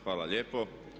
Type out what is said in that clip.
Hvala lijepo.